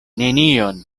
nenion